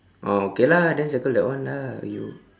ah okay lah then circle that one lah !aiyo!